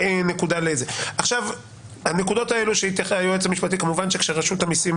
אני אשמח שנציגי רשות המסים